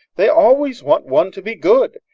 they always want one to be good.